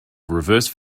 reverse